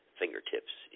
fingertips